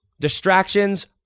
Distractions